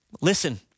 Listen